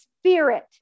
Spirit